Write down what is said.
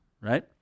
right